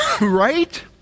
Right